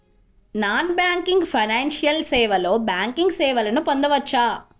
Non banking financial సేవలో banking సేవలను పొందవచ్చా?